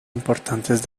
importantes